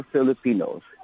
Filipinos